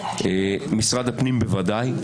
משרד הפנים בוודאי,